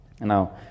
Now